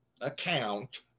account